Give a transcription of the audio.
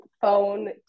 phone